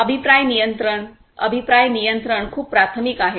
अभिप्राय नियंत्रण अभिप्राय नियंत्रण खूप प्राथमिक आहे